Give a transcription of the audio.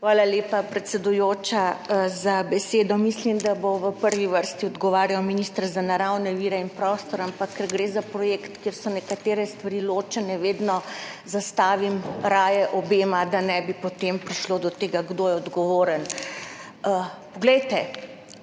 Hvala lepa, predsedujoča, za besedo. Mislim, da bo v prvi vrsti odgovarjal minister za naravne vire in prostor, ampak ker gre za projekt, kjer so nekatere stvari ločene, vedno zastavim raje obema, da ne bi potem prišlo do tega, kdo je odgovoren. Neverjetna